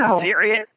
serious